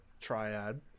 triad